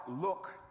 look